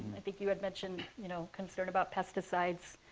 i think you had mentioned you know concern about pesticides.